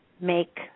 make